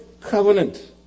covenant